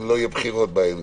אם לא יהיו בחירות באמצע.